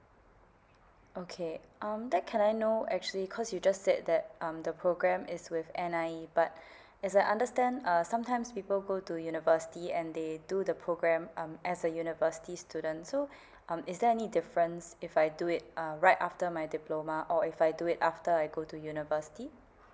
okay um then can I know actually cause you just said that um the program is with N_I_E but as I understand err sometimes people go to university and they do the programme um as a university student so um is there any difference if I do it um right after my diploma or if I do it after I go to university